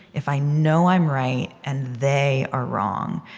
if i know i'm right, and they are wrong,